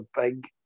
big